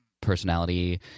personality